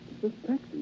suspect